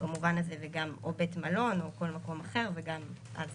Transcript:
במובן הזה, או בית מלון או כל מקום אחר, ואז